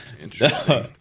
Interesting